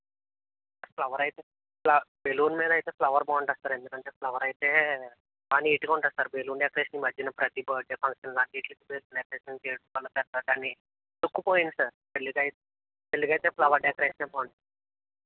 flower అయితే balloon మీద అయితే ఫ్లవర్ బాగుంటుంది సార్ ఎందుకంటే ఫ్లవర్ అయితే బాగా నీట్గా ఉంటుంది సార్ బెలూన్ డెకరేషన్ ఈ మధ్య ప్రతి బర్త్డే ఫంక్షన్ అన్నింటికి బెలూన్ డెకరేషన్ చేస్తున్నారు కదా అని లుక్ పోయింది సార్ పెళ్ళికి అయితే పెళ్ళికి అయితే ఫ్లవర్ డెకరేషన్ బాగుంటుంది